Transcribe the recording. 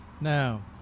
Now